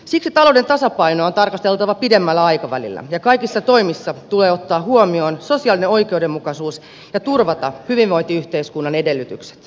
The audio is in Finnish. siksi talouden tasapainoa on tarkasteltava pidemmällä aikavälillä ja kaikissa toimissa tulee ottaa huomioon sosiaalinen oikeudenmukaisuus ja turvata hyvinvointiyhteiskunnan edellytykset